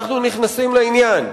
אנחנו נכנסים לעניין,